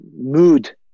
mood